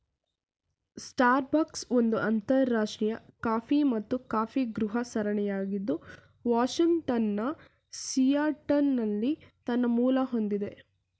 Starbucks ಒಂದು ಅಂತರರಾಷ್ಟ್ರೀಯ coffee ಮತ್ತು ಕಾಫಿಗೃಹ ಸರಣಿಯಾಗಿದ್ದು ವಾಷಿಂಗ್ಟನ್ನ ಸಿಯಾಟಲ್ನಲ್ಲಿ ತನ್ನ ಮೂಲ ಹೊಂದಿದೆ